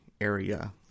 area